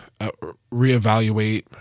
reevaluate